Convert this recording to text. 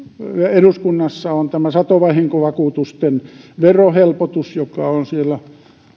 eduskunnassa on satovahinkovakuutusten verohelpotus joka on